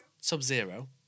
Sub-Zero